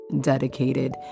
dedicated